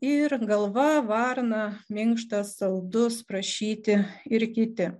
ir galva varna minkštas saldus prašyti ir kiti